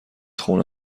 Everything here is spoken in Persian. خونه